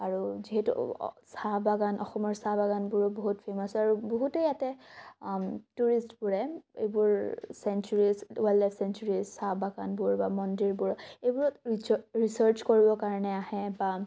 আৰু যিহেতু চাহ বাগান অসমৰ চাহ বাগানবোৰো বহুত ফেমাচ হয় আৰু বহুতে ইয়াতে টুৰিষ্টবোৰে এইবোৰ চেঞ্চুৰীজ ৱাইল্ড লাইফ চেঞ্চুৰীজ চাহ বাগানবোৰ বা মন্দিৰবোৰ এইবোৰত ৰিচা ৰিচাৰ্জ কৰিবৰ কাৰণে আহে বা